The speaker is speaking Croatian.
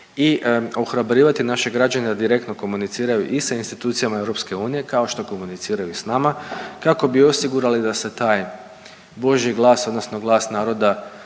i ohrabrivati naše građane da direktno komuniciraju i sa institucijama EU, kao što komuniciraju s nama, kako bi osigurali da se taj božji glas odnosno glas naroda